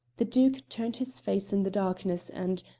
the duke turned his face in the darkness, and,